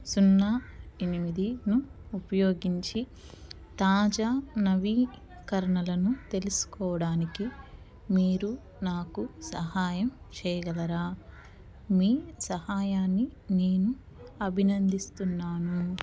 సున్నా ఎనిమిదిను ఉపయోగించి తాజా నవీకరణలను తెలుసుకోవడానికి మీరు నాకు సహాయం చెయ్యగలరా మీ సహాయాన్ని నేను అభినందిస్తున్నాను